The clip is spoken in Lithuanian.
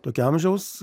tokio amžiaus